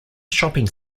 shopping